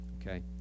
okay